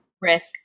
risk